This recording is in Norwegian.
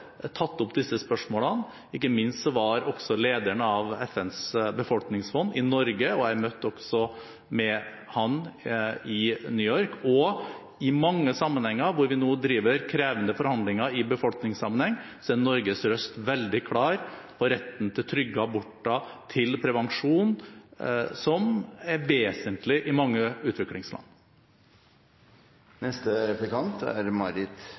tatt opp disse spørsmålene, ikke minst med lederen for FNs befolkningsfond, som var i Norge, og jeg møtte ham også i New York. Og i mange sammenhenger hvor vi nå driver krevende forhandlinger i befolkningssammenheng, er Norges røst veldig klar på retten til trygge aborter, til prevensjon, som er vesentlig i mange utviklingsland.